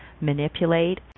manipulate